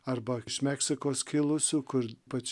arba iš meksikos kilusių kur ypač